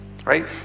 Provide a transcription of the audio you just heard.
right